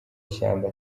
ishyamba